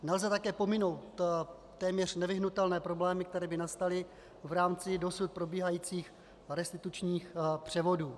Nelze také pominout téměř nevyhnutelné problémy, které by nastaly v rámci dosud probíhajících restitučních převodů.